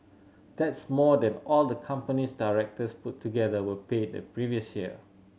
that's more than all the company's directors put together were paid the previous year